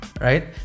Right